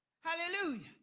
Hallelujah